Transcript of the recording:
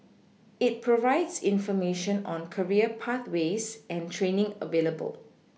it provides information on career pathways and training available